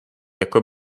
jako